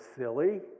silly